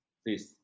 please